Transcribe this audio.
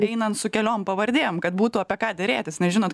einam su keliom pavardėm kad būtų apie ką derėtis nes žinot